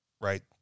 right